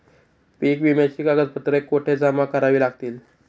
पीक विम्याची कागदपत्रे कुठे जमा करावी लागतील?